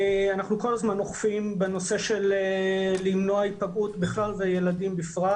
אנחנו כל הזמן אוכפים בנושא של מניעת היפגעות בכלל וילדים בפרט.